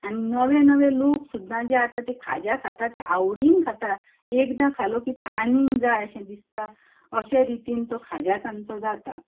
आनी नवे नवे लोक सुद्दां जे आतां खाजें खातात ते आवडीन खाता एकदां खालें की ते आनीक जाय अशें दिसता अशे रितीन तो खाज्यां तांचो जाता